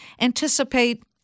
anticipate